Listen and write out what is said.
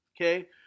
okay